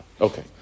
Okay